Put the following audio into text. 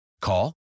Call